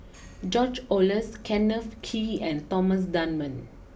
George Oehlers Kenneth Kee and Thomas Dunman